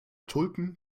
tulpen